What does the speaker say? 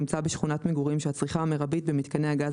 (2) צרכן הנמצא בשכונת מגורים שהצריכה המרבית במיתקני הגז